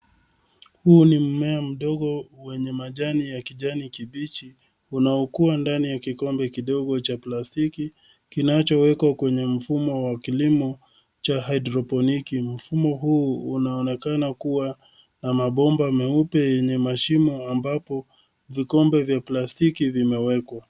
Huu ni mmea mdogo wenye majani ya kijani kibichi unaokua ndani ya kikombe kidogo cha plastiki kinachowekwa kwenye mfumo wa kilimo cha haidroponiki. Mfumo huu unaonekana kuwa na mabomba meupe yenye mashimo ambapo vikombe vya plastiki vimewekwa.